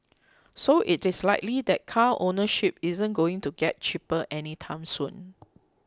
so it is likely that car ownership isn't going to get cheaper anytime soon